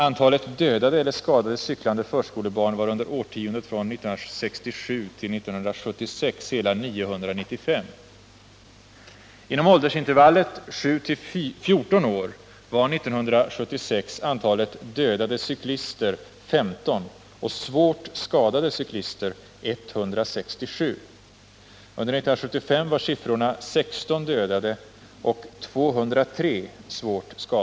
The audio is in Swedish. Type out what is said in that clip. Antalet dödade eller skadade cyklande förskolebarn var under årtiondet från 1967 till 1976 hela 995. Det här är ohyggliga siffror.